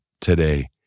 today